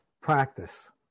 practice